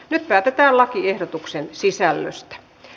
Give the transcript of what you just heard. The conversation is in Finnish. nyt päätetään lakiehdotuksen sisällöstä